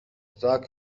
زاک